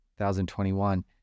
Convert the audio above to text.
2021